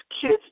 kids